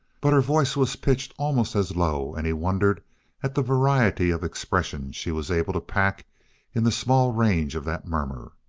but her voice was pitched almost as low, and he wondered at the variety of expression she was able to pack in the small range of that murmur.